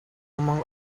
among